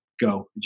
go